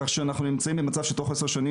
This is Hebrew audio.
כך שאנחנו נמצאים במצב שבתוך עשר שנים